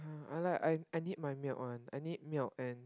!huh! I like I I need my milk [one] I need milk and